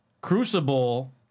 Crucible